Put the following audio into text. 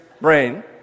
brain